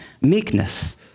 meekness